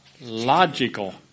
logical